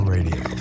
Radio